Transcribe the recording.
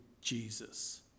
Jesus